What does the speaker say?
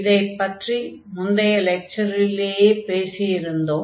இதைப் பற்றி முந்தைய லெக்சரிலேயே பேசியிருந்தோம்